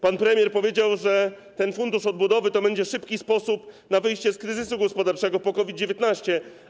Pan premier powiedział, że ten Fundusz Odbudowy to będzie szybki sposób na wyjście z kryzysu gospodarczego po COVID-19.